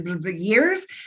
years